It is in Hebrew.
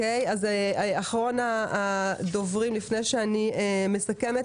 נעבור לאחרון הדוברים לפני שאני מסכמת,